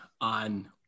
on